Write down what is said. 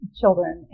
children